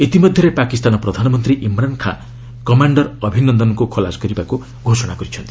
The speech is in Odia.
ଇତିମଧ୍ୟରେ ପାକିସ୍ତାନ ପ୍ରଧାନମନ୍ତ୍ରୀ ଇମ୍ରାନ ଖାଁ କମାଣ୍ଡର ଅଭିନନ୍ଦନଙ୍କୁ ଖଲାସ କରିବାକ୍ ଘୋଷଣା କରିଛନ୍ତି